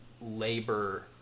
labor